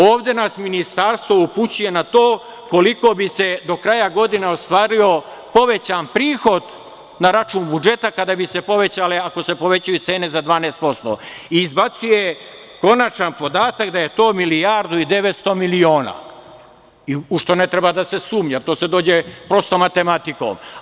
Ovde nas ministarstvo upućuje na to koliko bi se do kraja godine ostvario povećan prihod na račun budžeta, kada bi se povećale, ako se povećaju cene za 12% i izbacuje konačan podatak da je to 1,9 milijardi, u šta ne treba da se sumnja, do toga se dođe prostom matematikom.